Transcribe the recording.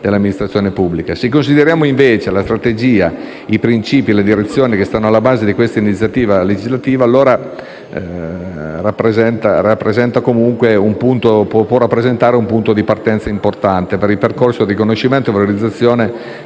Se consideriamo, invece, la strategia, i principi e la direzione che stanno alla base di questa iniziativa legislativa, allora essa può rappresentare un punto di partenza importante nel percorso di riconoscimento e valorizzazione del